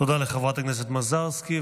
תודה לחברת הכנסת מזרסקי,